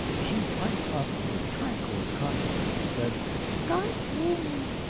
she piped up with the tranquilest confidence, and said god's wounds,